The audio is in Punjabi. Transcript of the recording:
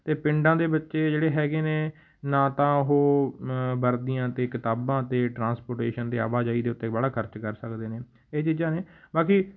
ਅਤੇ ਪਿੰਡਾਂ ਦੇ ਬੱਚੇ ਜਿਹੜੇ ਹੈਗੇ ਨੇ ਨਾ ਤਾਂ ਉਹ ਵਰਦੀਆਂ ਅਤੇ ਕਿਤਾਬਾਂ ਅਤੇ ਟਰਾਂਸਪੋਟੇਸ਼ਨ ਦੇ ਆਵਾਜਾਈ ਦੇ ਉੱਤੇ ਬਾਹਲਾ ਖਰਚ ਕਰ ਸਕਦੇ ਨੇ ਇਹ ਚੀਜ਼ਾਂ ਨੇ ਬਾਕੀ